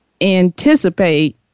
anticipate